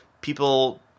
people